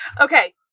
Okay